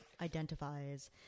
identifies